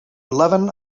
eleven